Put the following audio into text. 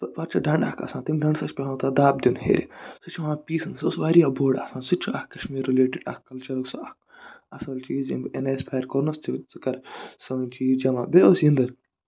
پَتہٕ چھُ ڈَنڈٕ اکھ آسان تَمہِ ڈَنڈٕ سۭتۍ چھُ پٮ۪وان تَتھ دَب اکھ دیُن ہٮ۪رِ سُہ چھُ یِوان پیٖسنہٕ سُہ اوس واریاہ بوٚڑ آسان سُہ تہِ چھُ اکھ کَشمیٖر رِلٮ۪ٹٔڈ اکھ کَلچر سُہ اکھ اَصٕل چیٖز ژٕ کر یِم سٲن چیٖز جمع بیٚیہِ اوس یٔندٔر